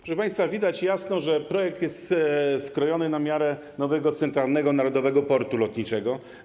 Proszę państwa, widać jasno, że projekt jest skrojony na miarę nowego centralnego narodowego portu lotniczego.